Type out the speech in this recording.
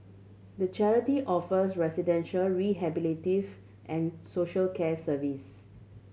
the charity offers residential rehabilitative and social care service